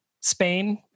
Spain